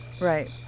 Right